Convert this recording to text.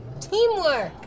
Teamwork